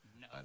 No